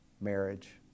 marriage